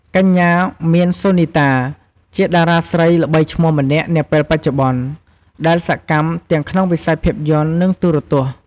កញ្ញា មាន សូនីតា ជាតារាស្រីល្បីឈ្មោះម្នាក់នាពេលបច្ចុប្បន្ន ដែលសកម្មទាំងក្នុងវិស័យភាពយន្ត និងទូរទស្សន៍។